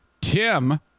Tim